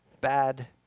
bad